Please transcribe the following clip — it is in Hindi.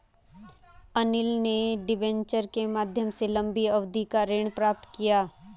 अनिल ने डिबेंचर के माध्यम से लंबी अवधि का ऋण प्राप्त किया